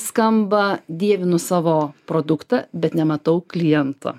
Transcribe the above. skamba dievinu savo produktą bet nematau kliento